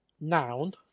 noun